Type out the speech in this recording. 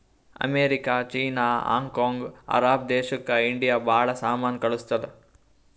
America, China, Hong Kong, Arab ದೇಶಕ್ India ಭಾಳ ಸಾಮಾನ್ ಕಳ್ಸುತ್ತುದ್